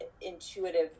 intuitive